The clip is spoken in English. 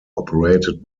operated